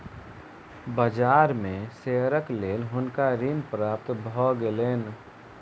बाजार में शेयरक लेल हुनका ऋण प्राप्त भ गेलैन